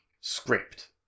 script